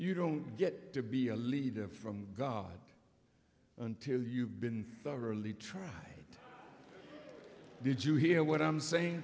you don't get to be a leader from god until you've been thoroughly try did you hear what i'm saying